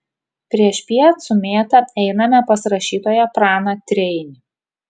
priešpiet su mėta einame pas rašytoją praną treinį